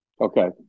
Okay